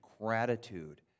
gratitude